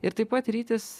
ir taip pat rytis